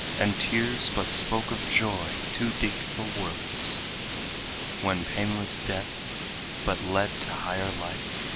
and tears but spoke of joy too deep for words when painless death but led to higher life,